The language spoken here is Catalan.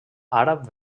àrab